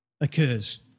occurs